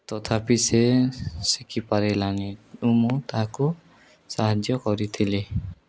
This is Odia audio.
ତଥାପି ସେ ଶିଖିପାରିଲାନି ମୁଁ ତାହାକୁ ସାହାଯ୍ୟ କରିଥିଲି